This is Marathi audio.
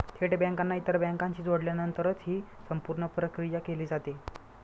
थेट बँकांना इतर बँकांशी जोडल्यानंतरच ही संपूर्ण प्रक्रिया केली जाते